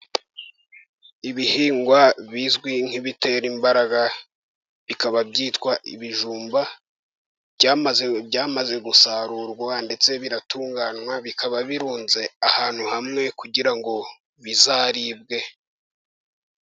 Ibihingwa bizwi nk'ibitera imbaraga, bikaba byitwa ibijumba, byamaze gusarurwa ndetse biratunganywa, bikaba birunze ahantu hamwe, kugira ngo bizaribwe.